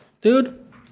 Dude